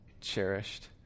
cherished